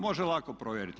Može lako provjeriti.